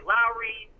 Lowry